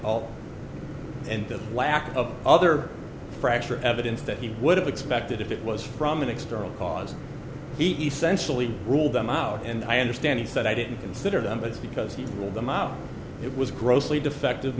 all and the lack of other fracture evidence that he would have expected if it was from an external cause essentially ruled them out and i understand he said i didn't consider them but because he pulled them out it was grossly defective